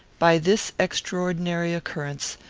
by this extraordinary occurrence,